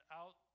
out